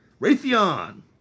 Raytheon